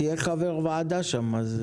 תהיה חבר ועדה שם.